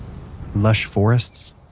lush forests,